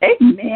Amen